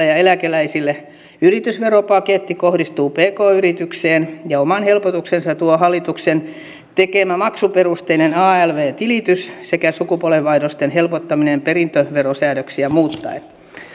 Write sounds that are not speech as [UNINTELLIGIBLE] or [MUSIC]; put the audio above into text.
[UNINTELLIGIBLE] ja eläkeläisille yritysveropaketti kohdistuu pk yrityksiin ja oman helpotuksensa tuo hallituksen tekemä maksuperusteinen alv tilitys sekä sukupolvenvaihdosten helpottaminen perintöverosäädöksiä muuttaen